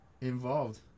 involved